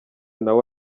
nawe